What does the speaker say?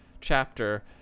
chapter